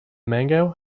mango